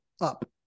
up